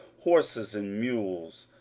horses, and mules,